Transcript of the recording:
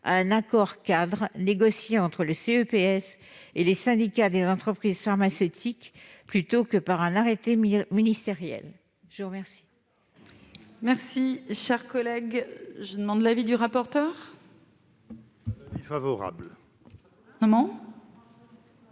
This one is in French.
à un accord-cadre négocié entre le CEPS et les syndicats des entreprises pharmaceutiques plutôt qu'à un arrêté ministériel. Quel